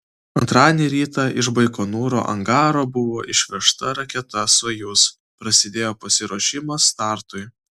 antradienį rytą iš baikonūro angaro buvo išvežta raketa sojuz prasidėjo pasiruošimas startui